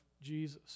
Jesus